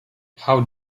how